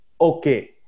okay